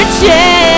change